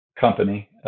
company